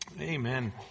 amen